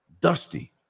dusty